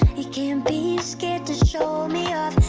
you can't be scared to show me